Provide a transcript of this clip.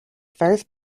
first